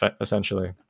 essentially